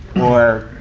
or,